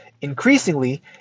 Increasingly